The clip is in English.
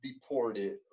deported